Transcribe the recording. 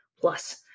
plus